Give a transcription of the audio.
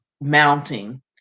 mounting